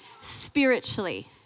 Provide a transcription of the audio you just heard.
spiritually